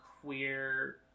queer